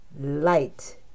light